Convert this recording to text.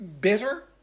bitter